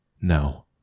No